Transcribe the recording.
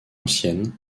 ancienne